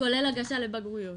כולל הגשה לבגרויות